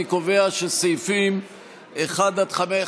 אני קובע שסעיפים 1 5,